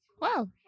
Wow